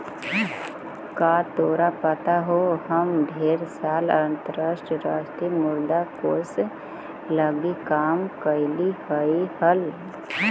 का तोरा पता हो हम ढेर साल अंतर्राष्ट्रीय मुद्रा कोश लागी काम कयलीअई हल